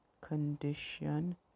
condition